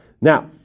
Now